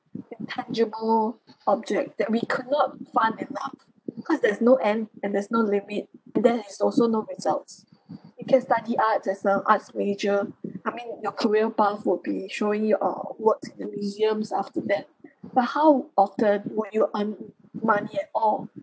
intangible object that we could not fund enough because there's no end and there's no limit and then is also no results because study arts as a arts major I mean your career path would be showing you uh work at the museums after that but how often would you earn money at all